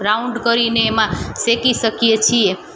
round કરીને એમાં શેકી શકીએ છીએ